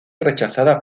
rechazada